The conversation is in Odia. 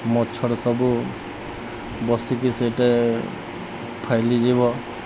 ମଛର ସବୁ ବସିକି ସେଇଟା ଫାଇଲିଯିବ